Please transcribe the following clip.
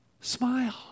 Smile